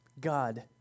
God